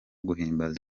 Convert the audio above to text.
guhimbaza